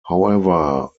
however